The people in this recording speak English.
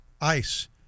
ice